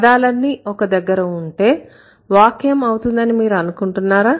పదాలన్నీ ఒక దగ్గర ఉంటే వాక్యం అవుతుందని మీరు అనుకుంటున్నారా